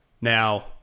Now